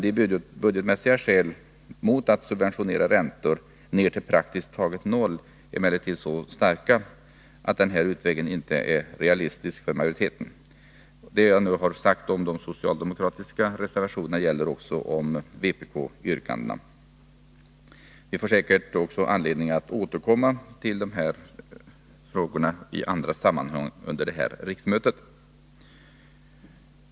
De budgetmässiga skälen mot att subventionera räntor ner till praktiskt taget noll är emellertid så starka att den här utvägen inte är realistisk för majoriteten. Det jag nu har sagt om de socialdemokratiska reservationerna gäller även vpk-yrkandena. Vi får säkert också anledning att återkomma till de här frågorna i andra sammanhang under detta riksmöte.